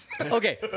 Okay